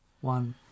one